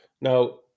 Now